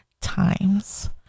times